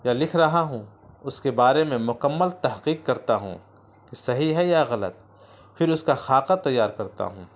یا لکھ رہا ہوں اس کے بارے میں مکمل تحقیق کرتا ہوں کہ صحیح ہے یا غلط پھر اس کا خاکہ تیار کرتا ہوں